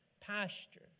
Pasture